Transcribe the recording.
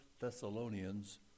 Thessalonians